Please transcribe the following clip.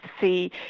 see